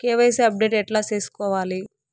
KYC update ఎట్లా సేసుకోవాలి?